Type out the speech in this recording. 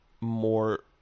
more